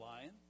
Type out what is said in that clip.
lion